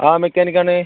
ആ മെക്കാനിക്കാണ്